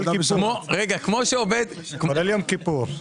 גם אם ביום שישי לא קיבלת מזהה עסקה,